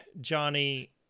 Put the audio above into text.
Johnny